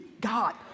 God